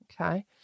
Okay